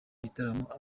bitaramo